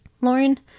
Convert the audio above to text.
Lauren